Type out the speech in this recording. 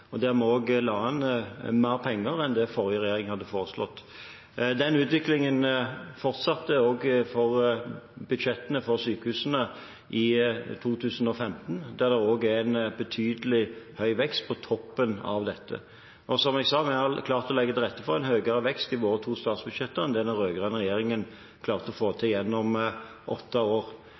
la vi inn mer penger enn den forrige regjeringen hadde foreslått. Den utviklingen fortsatte også i budsjettene for sykehusene for 2015, der det også er en betydelig høy vekst på toppen av dette. Som jeg sa, har vi klart å legge til rette for høyere vekst i våre to statsbudsjett enn det den rød-grønne regjeringen klarte å få til gjennom åtte år.